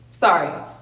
Sorry